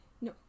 No